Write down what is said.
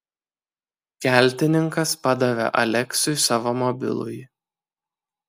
keltininkas padavė aleksiui savo mobilųjį